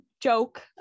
joke